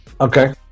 Okay